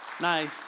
nice